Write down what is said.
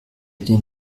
den